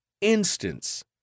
instance